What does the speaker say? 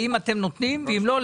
האם אתם נותנים ואם לא,